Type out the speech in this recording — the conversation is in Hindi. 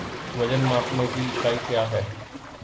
वजन मापने की इकाई क्या है?